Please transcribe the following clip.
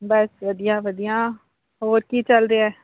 ਬਸ ਵਧੀਆ ਵਧੀਆ ਹੋਰ ਕੀ ਚੱਲ ਰਿਹਾ